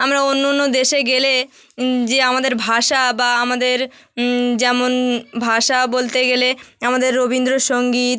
আমরা অন্য অন্য দেশে গেলে যে আমাদের ভাষা বা আমাদের যেমন ভাষা বলতে গেলে আমাদের রবীন্দ্রসঙ্গীত